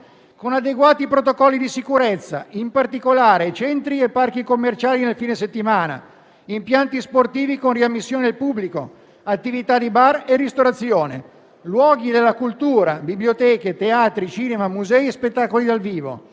con adeguati protocolli di sicurezza, in particolare: centri e parchi commerciali nel fine settimana, impianti sportivi con riammissione del pubblico, attività di bar e ristorazione, luoghi della cultura (biblioteche, teatri, cinema, musei, spettacoli dal vivo),